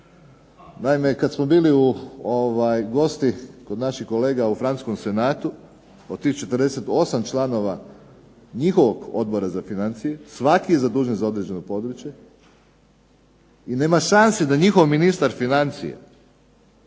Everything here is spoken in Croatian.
Naime, kada smo bili gosti kod naših kolega u Francuskom senatu, od tih 48 članova njihovog Odbora za financije, svaki je zadužen za određeno područje i nema šanse da njihov ministar financija